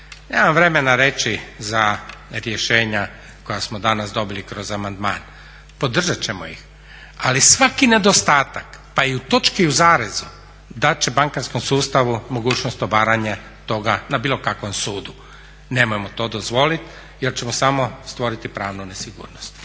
Nemam vremena za reći rješenja koja smo danas dobili kroz amandman. Podržat ćemo ih, ali svaki nedostatak pa i u točki i u zarezu dat će bankarskom sustavu mogućnost obaranja toga na bilo kakvom sudu. Nemojmo to dozvoliti jel ćemo samo stvoriti pravnu nesigurnost.